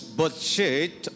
budget